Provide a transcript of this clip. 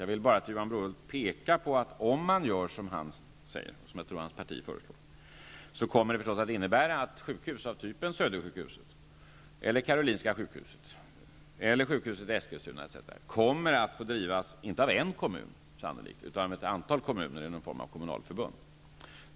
Jag vill bara peka på att om man gör som Johan Brohult säger och som jag tror att hans parti föreslår, så innebär det förstås att sjukhus av typen Södersjukhuset eller Karolinska sjukhuset eller sjukhuset i Eskilstuna kommer att få drivas inte av en kommun utan sannolikt av ett antal kommuner i någon form av kommunalförbund.